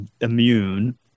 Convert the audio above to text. immune